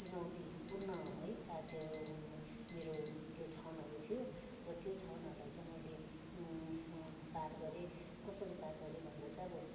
चुनौतीपूर्ण है कार्य मेरो त्यो क्षणहरू थियो र त्यो क्षणहरूलाई चाहिँ मैले पार गरेँ कसरी पार गरेँ भन्दा चाहिँ अब